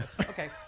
Okay